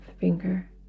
finger